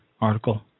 article